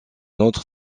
autre